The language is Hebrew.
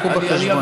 תיקחו בחשבון.